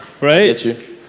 right